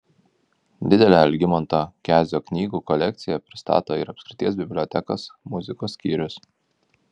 didelę algimanto kezio knygų kolekciją pristato ir apskrities bibliotekos muzikos skyrius